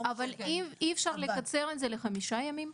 אי אפשר לקצר את זה לחמישה ימים?